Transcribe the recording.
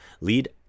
lead